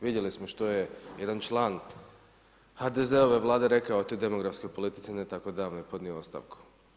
Vidjeli smo što je jedan član HDZ-ove Vlade rekao o toj demografskoj politici ne tako davno je podnio ostavku.